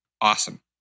awesome